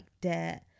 debt